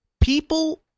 people